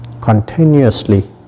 continuously